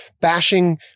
Bashing